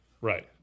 Right